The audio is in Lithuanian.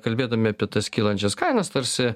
kalbėdami apie tas kylančias kainas tarsi